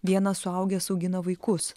vienas suaugęs augina vaikus